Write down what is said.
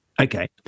Okay